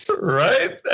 Right